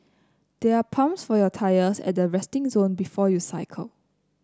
there are pumps for your tyres at the resting zone before you cycle